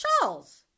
Charles